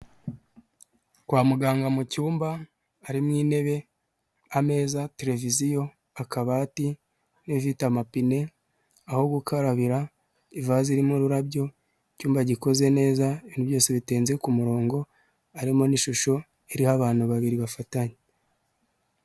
Kwa muganga mu cyumba harimo intebe, ameza, televiziyo, akabati, intebe ifite amapine aho gukarabira ,ivase irimo ururabyo, icyumba gikoze neza ibintu byose bitenze ku kumurongo harimo n'ishusho y'abana babiri bafatanye.